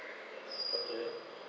okay